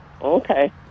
okay